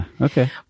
Okay